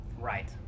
Right